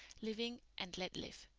living and let live.